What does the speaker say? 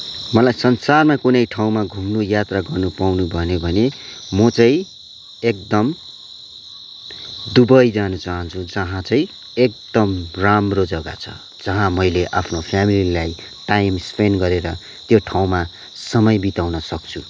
मलाई संसारमा कुनै ठाउँमा घुम्न यात्रा गर्नु पाउनु भन्यो भने म चाहिँ एकदम दुबई जान चाहान्छु जहाँ चाहिँ एकदमा राम्रो जग्गा छ जहाँ मैले आफ्नो फ्यामिलीलाई टाइम स्पेन्ट गरेर त्यो ठाउँमा समय बिताउन सक्छु